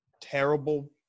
terrible